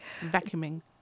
Vacuuming